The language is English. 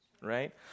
Right